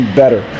better